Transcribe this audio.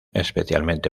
especialmente